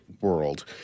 world